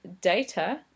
data